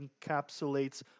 encapsulates